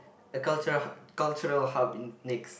a cultural hub cultural hub next